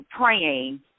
praying